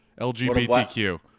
LGBTQ